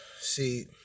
See